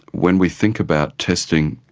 when we think about testing,